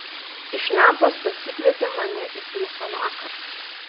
iš lempos pasikvietė mane į tūsą vakar